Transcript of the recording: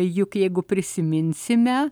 juk jeigu prisiminsime